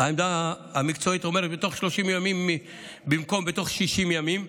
העמדה המקצועית אומרת שבתוך 30 ימים במקום בתוך 60 ימים.